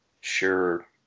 sure